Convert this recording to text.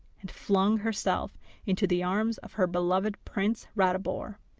and flung herself into the arms of her beloved prince ratibor.